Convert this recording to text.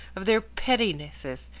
of their pettinesses,